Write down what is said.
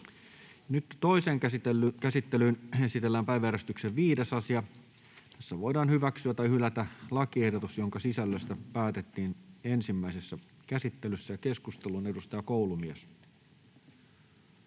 Toiseen käsittelyyn esitellään päiväjärjestyksen 5. asia. Nyt voidaan hyväksyä tai hylätä lakiehdotus, jonka sisällöstä päätettiin ensimmäisessä käsittelyssä. — Keskusteluun, edustaja Koulumies.